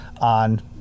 on